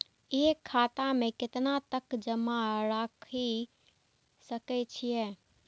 एक खाता में केतना तक जमा राईख सके छिए?